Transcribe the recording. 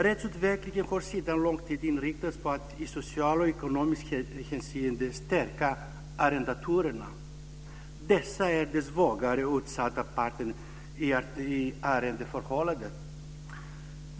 Rättsutvecklingen har sedan lång tid inriktats på att i socialt och ekonomiskt hänseende stärka arrendatorerna. Dessa är den svagare och utsatta parten i arrendeförhållandet.